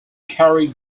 cary